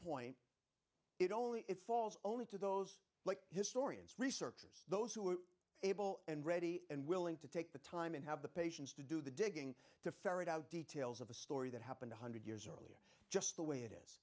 point it only it falls only to those like historians researchers those who are able and ready and willing to take the time and have the patience to do the digging to ferret out details of a story that happened a one hundred years earlier just the way it is